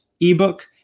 ebook